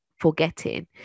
forgetting